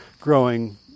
growing